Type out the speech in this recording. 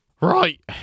Right